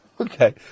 Okay